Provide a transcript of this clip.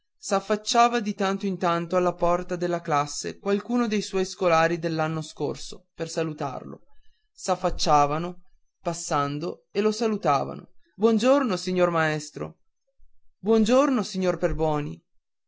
s'affacciava di tanto in tanto alla porta della classe qualcuno dei suoi scolari dell'anno scorso per salutarlo s'affacciavano passando e lo salutavano buongiorno signor maestro buon giorno signor perboni